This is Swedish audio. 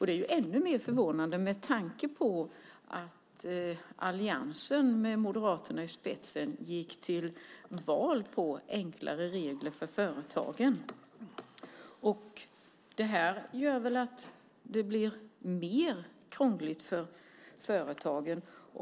Det är ännu mer förvånande med tanke på att alliansen med Moderaterna i spetsen gick till val på enklare regler för företagen. Detta gör att det blir mer krångligt för företagen.